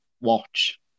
watch